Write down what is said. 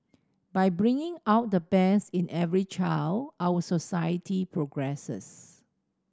by bringing out the best in every child our society progresses